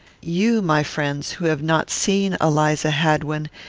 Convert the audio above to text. you, my friends, who have not seen eliza hadwin,